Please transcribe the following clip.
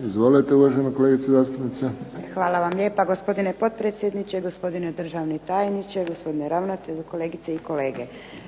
Izvolite uvažena kolegice zastupnice. **Klarić, Nedjeljka (HDZ)** Hvala vam lijepa gospodine potpredsjedniče, gospodine državni tajniče, gospodine ravnatelju, kolegice i kolege.